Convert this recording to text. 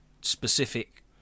specific